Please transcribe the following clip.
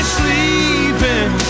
sleeping